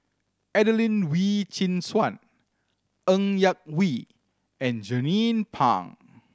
Adelene Wee Chin Suan Ng Yak Whee and Jernnine Pang